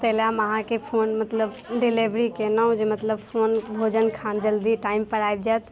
तै लऽ हम अहाँके फोन मतलब डिलेवरी केनौ जे मतलब फोन भोजन खाना जल्दी टाइमपर आबि जाइत